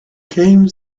came